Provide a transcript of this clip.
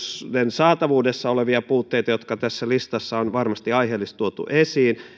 saatavuudessa olevia puutteita tässä listassa on varmasti aiheellisesti tuotu esiin